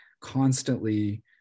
constantly